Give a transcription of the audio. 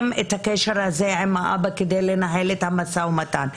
את הקשר עם האבא כדי לנהל את המשא-ומתן.